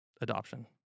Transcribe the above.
Adoption